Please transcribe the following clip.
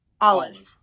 Olive